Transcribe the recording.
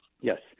Yes